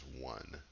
one